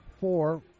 four